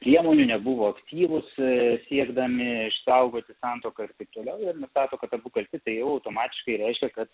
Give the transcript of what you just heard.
priemonių nebuvo aktyvūs siekdami išsaugoti santuoką ir taip toliau ir nustato kad abu kalti tai jau automatiškai reiškia kad